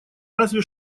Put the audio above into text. разве